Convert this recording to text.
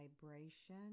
vibration